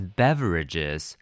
beverages